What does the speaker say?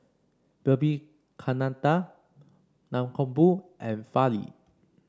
Vivekananda Mankombu and Fali